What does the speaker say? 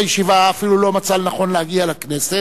הישיבה אפילו לא מצא לנכון להגיע לכנסת,